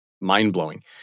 mind-blowing